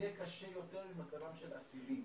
יהיה קשה יותר ממצבם של אסירים.